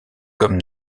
comme